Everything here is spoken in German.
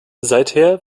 seither